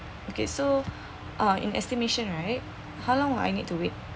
okay so uh in estimation right how long would I need to wait